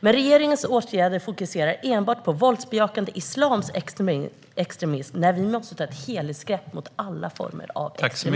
Men regeringens åtgärder fokuserar enbart på våldsbejakande islamsk extremism när vi måste ta ett helhetsgrepp mot alla former av extremism.